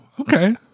okay